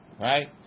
right